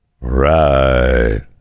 Right